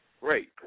Great